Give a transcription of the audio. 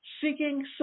seeking